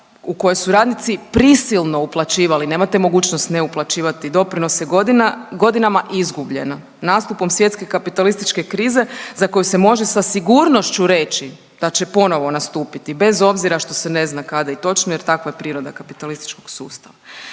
u koje su radnici prisilno uplaćivali, nemate mogućnost ne uplaćivati doprinose godinama je izgubljeno nastupom svjetske kapitalističke krize za koju se može sa sigurnošću reći da će ponovo nastupiti bez obzira što se ne zna kada i točno jer takva je priroda kapitalističkog sustava.